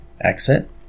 exit